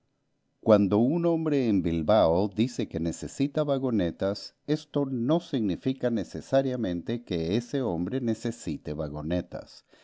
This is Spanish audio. cuando un hombre en bilbao dice que necesita vagonetas esto no significa necesariamente que ese hombre necesite vagonetas